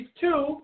two